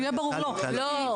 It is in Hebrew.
שיהיה ברור, לא.